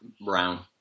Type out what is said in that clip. Brown